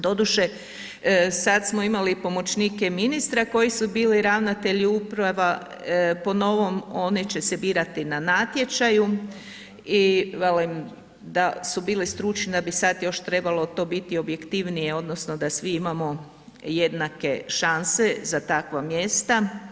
Doduše sad smo imali pomoćnike ministra koji su bili ravnatelji uprava, po novom oni će se birati na natječaju i velim da su bili stručni da bi sad još trebalo to biti objektivnije odnosno da svi imamo jednake šanse za takva mjesta.